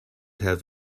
have